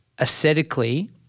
aesthetically –